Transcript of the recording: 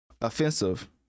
offensive